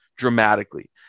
dramatically